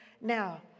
Now